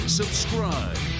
subscribe